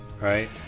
Right